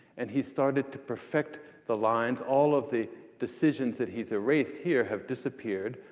and he's started to perfect the lines. all of the decisions that he's erased here have disappeared,